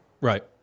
Right